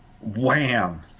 Wham